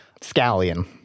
scallion